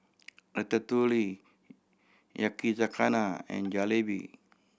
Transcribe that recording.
Ratatouille Yakizakana and Jalebi